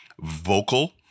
vocal